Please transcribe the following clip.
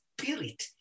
spirit